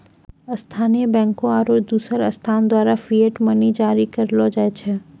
स्थानीय बैंकों आरू दोसर संस्थान द्वारा फिएट मनी जारी करलो जाय छै